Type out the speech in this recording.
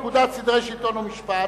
פקודת סדרי שלטון ומשפט